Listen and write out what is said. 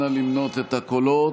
נא למנות את הקולות.